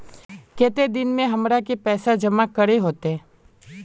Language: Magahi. केते दिन में हमरा के पैसा जमा करे होते?